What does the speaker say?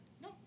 No